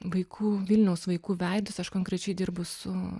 vaikų vilniaus vaikų veidus aš konkrečiai dirbu su